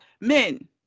Men